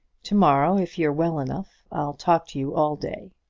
to-morrow, if you're well enough, i'll talk to you all day.